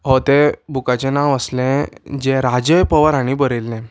हो तें बुकाचें नांव आसलें जें राजय पवार हांणी बरयल्लें